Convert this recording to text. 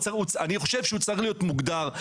אני חושב שהוא צריך להיות מוגדר.